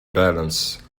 balance